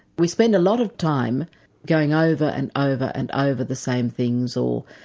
we spend a lot of time going over and over and over the same things or,